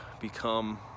become